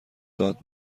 داد